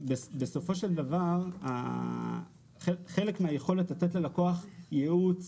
בסופו של דבר חלק מהיכולת לתת ללקוח ייעוץ